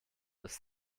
ist